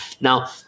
Now